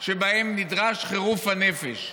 שבהן נדרש חירוף הנפש,